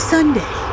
Sunday